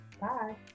Bye